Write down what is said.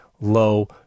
low